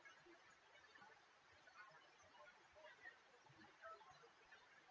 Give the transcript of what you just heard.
mm